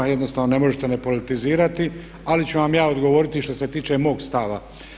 Jednostavno ne možete ne politizirati ali ću vam ja odgovoriti što se tiče mog stava.